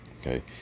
Okay